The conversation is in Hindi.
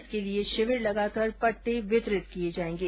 इसके लिए शिविर लगाकर पट्टे वितरित किए जाएंगे